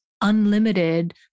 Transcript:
unlimited